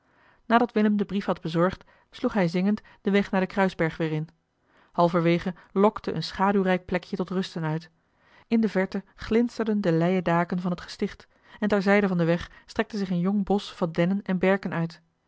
nadat willem den brief had bezorgd sloeg hij zingend den weg naar den kruisberg weer in halverwege lokte een schaduwrijk plekje tot rusten uit in de verte glinsterden de leien daken van het gesticht en ter zijde van den weg strekte zich een jong bosch van dennen en berken uit